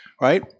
right